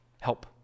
help